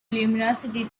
luminosity